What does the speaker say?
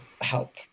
help